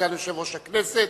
סגן יושב-ראש הכנסת.